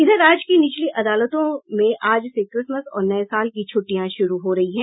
इधर राज्य की निचली अदालतों में आज से क्रिसमस और नये साल की छुट्टियां शुरू हो रही है